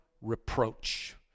reproach